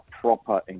proper